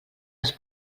els